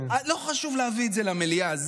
לא חשוב להביא את זה למליאה,